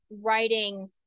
writing